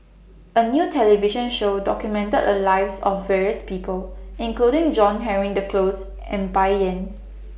A New television Show documented The Lives of various People including John Henry Duclos and Bai Yan